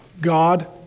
God